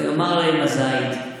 ויאמר להם הזית,